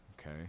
okay